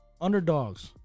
Underdogs